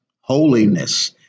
holiness